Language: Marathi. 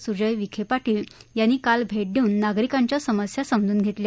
सुजय विखे पाटील यांनी काल भेट देऊन नागरिकांच्या समस्या समजून घेतल्या